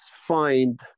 find